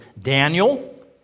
Daniel